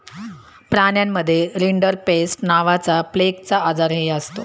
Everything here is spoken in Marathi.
प्राण्यांमध्ये रिंडरपेस्ट नावाचा प्लेगचा आजारही असतो